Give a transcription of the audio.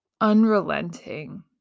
unrelenting